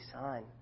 Son